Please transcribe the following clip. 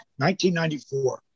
1994